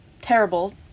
terrible